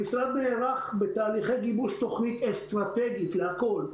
המשרד נערך בתהליכי גיבוש אסטרטגית להכל,